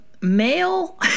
male